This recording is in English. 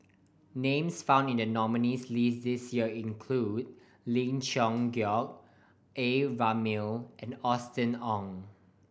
names found in the nominees' list this year include Ling Geok Choon A Ramli and Austen Ong